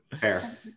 Fair